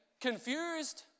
confused